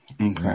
Okay